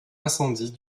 incendie